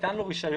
ניתן לו רישיון,